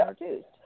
introduced